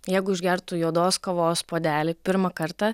jeigu išgertų juodos kavos puodelį pirmą kartą